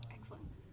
Excellent